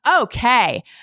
Okay